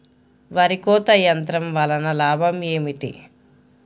వరి కోత యంత్రం వలన లాభం ఏమిటి?